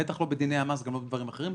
בטח לא בדיני המס גם לא בדברים אחרים.